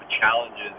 challenges